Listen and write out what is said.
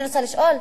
אני רוצה לשאול: